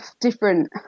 different